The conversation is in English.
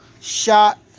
Shot